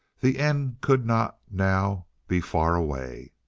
the end could not, now, be far away.